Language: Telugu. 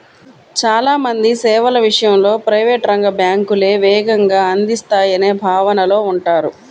చాలా మంది సేవల విషయంలో ప్రైవేట్ రంగ బ్యాంకులే వేగంగా అందిస్తాయనే భావనలో ఉంటారు